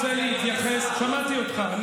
אני רוצה להתייחס, שמעתי אותך.